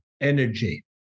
energy